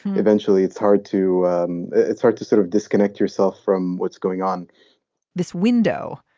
eventually, it's hard to um it's hard to sort of disconnect yourself from what's going on this window.